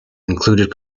included